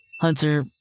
Hunter